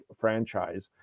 franchise